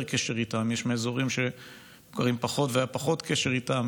קשר איתם; יש מאזורים שהיו מוכרים פחות והיה פחות קשר איתם.